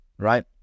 Right